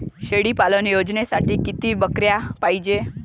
शेळी पालन योजनेसाठी किती बकऱ्या पायजे?